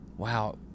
Wow